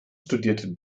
studierte